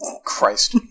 Christ